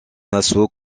assaut